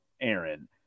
Aaron